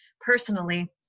Personally